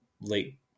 late